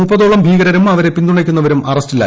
മുപ്പതോളം ഭീകരരും അവരെ പിന്തുണയ്ക്കുന്നവരും അറസ്റ്റിലായി